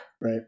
right